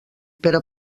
pere